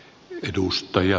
arvoisa puhemies